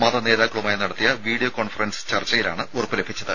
മത നേതാക്കളുമായി നടത്തിയ വീഡിയോ കോൺഫറൻസ് ചർച്ചയിലാണ് ഉറപ്പ് ലഭിച്ചത്